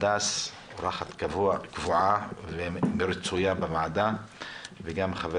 הדס שהיא אורחת קבועה ורצויה בוועדה וגם את חבר